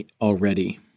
already